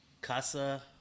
Casa